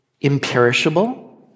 imperishable